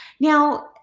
now